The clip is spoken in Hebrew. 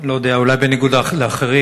לא יודע, אולי בניגוד לאחרים,